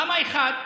למה אחד?